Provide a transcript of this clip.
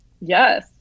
Yes